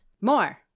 more